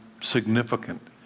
significant